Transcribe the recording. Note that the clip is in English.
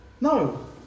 No